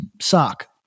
sock